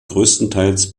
größtenteils